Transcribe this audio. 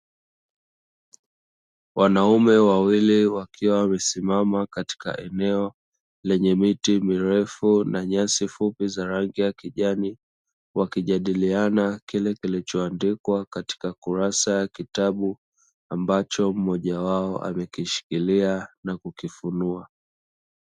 Wanaume wawili wakiwa wamesimama katika eneo lenye miti mirefu na nyasi fupi za rangi ya kijani, wakijadiliana kile kilichoandikwa katika kurasa ya kitabu ambacho mmoja wao amekishikilia na kukifunua.